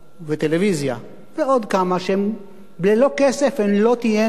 וטלוויזיה ועוד כמה, שללא כסף הן לא תהיינה,